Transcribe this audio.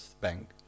Bank